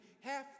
half